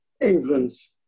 England's